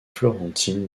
florentine